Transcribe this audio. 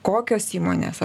kokios įmonės ar